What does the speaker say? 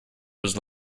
was